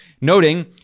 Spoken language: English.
noting